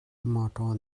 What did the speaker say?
mawtaw